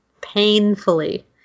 Painfully